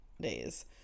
days